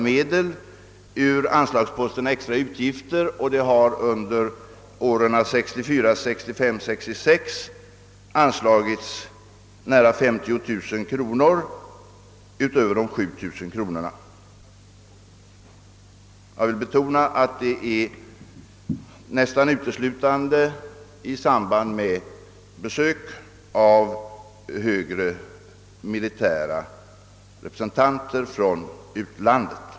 Under åren 1964, 1965 och 1966 har därför utöver de 7 000 kronorna anslagits nära 50 000 kronor. Jag vill betona att pengarna nästan undantagslöst har utgått i samband med besök av utländska högre militära representanter.